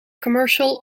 commercial